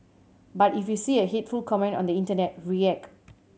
but if you see a hateful comment on the internet react